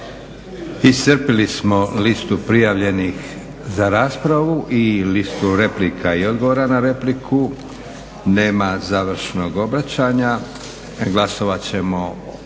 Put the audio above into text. Iscrpili smo listu prijavljenih za raspravu i listu replika i odgovora na repliku. Nema završnog obraćanja. Glasovat ćemo